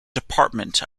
department